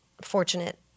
fortunate